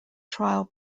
trial